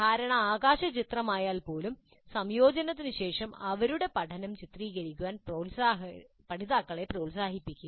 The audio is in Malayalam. ധാരണ ആകാശചിത്രമായിപ്പോലും സംയോജനത്തിനുശേഷം അവരുടെ പഠനം ചിത്രീകരിക്കാൻ പഠിതാക്കളെ പ്രോത്സാഹിപ്പിക്കുക